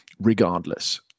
regardless